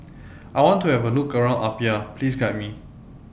I want to Have A Look around Apia Please Guide Me